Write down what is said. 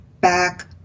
back